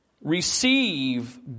Receive